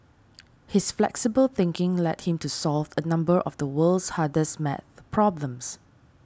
his flexible thinking led him to solve a number of the world's hardest math problems